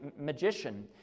magician